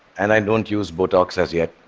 and i don't use botox as yet.